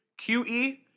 QE